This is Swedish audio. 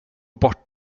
bort